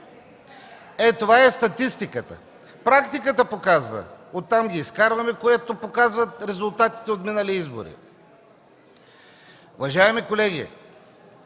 Ето, това е статистиката. Практиката показва, оттам ги изкарваме, което показват резултатите от минали избори. Уважаеми колеги,